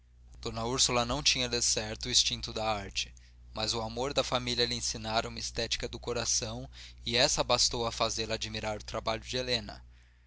d úrsula não tinha decerto o instinto da arte mas o amor da família lhe ensinara uma estética do coração e essa bastou a fazê-la admirar o trabalho de helena